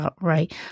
right